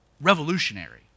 revolutionary